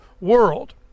world